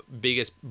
biggest